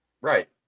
right